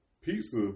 Pizza